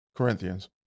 Corinthians